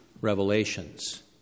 revelations